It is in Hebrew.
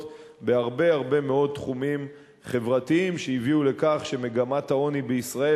בהרבה הרבה מאוד תחומים חברתיים שהביאו לכך שמגמת העוני בישראל,